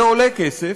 זה עולה כסף,